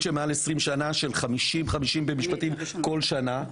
שמעל ל-20 שנה של 50-50 במשפטים כל שנה,